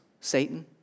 Satan